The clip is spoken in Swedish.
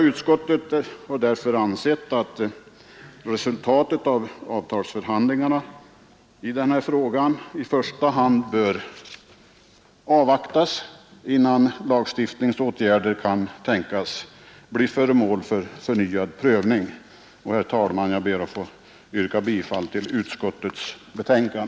Utskottet har därför ansett att resultatet av avtalsförhandlingarna i denna fråga i första hand bör avvaktas, innan lagstiftningsåtgärder kan tänkas bli föremål för förnyad prövning. Jag ber, herr talman, att få yrka bifall till utskottets hemställan.